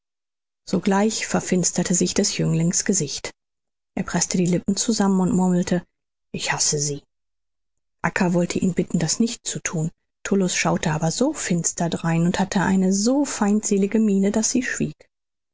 sogleich verfinsterte sich des jünglings gesicht er preßte die lippen zusammen und murmelte ich hasse sie acca wollte ihn bitten das nicht zu thun tullus schaute aber so finster drein und hatte eine so feindselige miene daß sie schwieg